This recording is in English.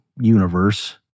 universe